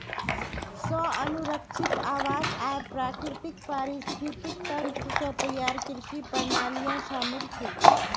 स्व अनुरक्षित आवास आर प्राकृतिक पारिस्थितिक तंत्र स तैयार कृषि प्रणालियां शामिल छेक